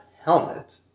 helmet